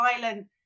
violent